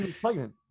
pregnant